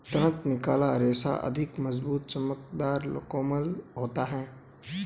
तुरंत निकाला रेशा अधिक मज़बूत, चमकदर, कोमल होता है